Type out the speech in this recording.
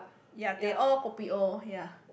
ya teh O kopi O ya